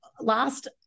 last